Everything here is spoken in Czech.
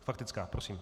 Faktická, prosím.